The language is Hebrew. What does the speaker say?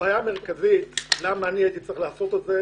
הבעיה המרכזית היא למה אני הייתי צריך לעשות זאת.